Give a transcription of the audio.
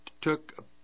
took